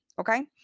Okay